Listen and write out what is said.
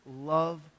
love